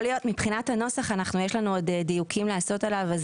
מבחינת הנוסח יש לנו עוד דיוקים לעשות עליו.